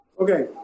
Okay